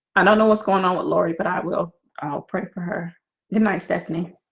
and know what's going on with laurie, but i will i'll pray for her good night stephanie